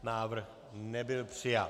Návrh nebyl přijat.